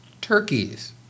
turkeys